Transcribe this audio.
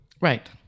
Right